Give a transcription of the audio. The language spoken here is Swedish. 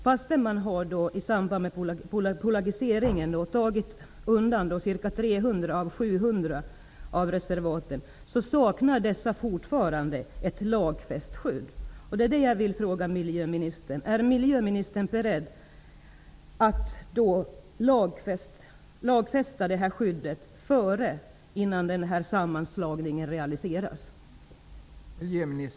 Fastän man i samband med bolagiseringen har undantagit ca 300 domänreservat av sammanlagt 700, saknar dessa fortfarande ett lagfäst skydd. Jag vill därför fråga miljöministern: Är miljöministern beredd att lagfästa detta skydd innan sammanslagningen realiseras?